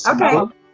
Okay